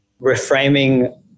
reframing